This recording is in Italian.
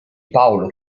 paolo